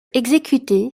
exécutée